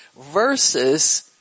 versus